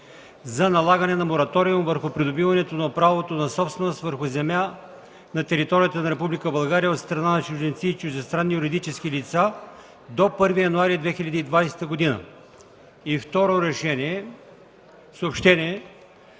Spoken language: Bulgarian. за налагане на Мораториум върху придобиването на правото на собственост върху земя на територията на Република България от страна на чужденци и чуждестранни юридически лица до 1 януари 2020 г. Второ съобщение: